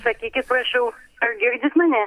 sakykit prašau ar girdit mane